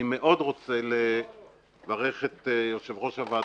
אני מאוד רוצה לברך יושב-ראש הוועדה,